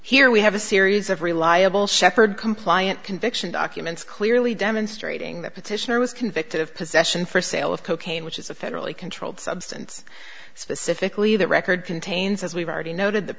here we have a series of reliable shephard compliant conviction documents clearly demonstrating that petitioner was convicted of possession for sale of cocaine which is a federally controlled substance specifically the record contains as we've already noted the